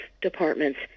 departments